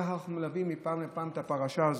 כך אנחנו מלווים מפעם לפעם את הפרשה הזאת.